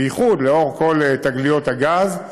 בייחוד לאור כל תגליות הגז,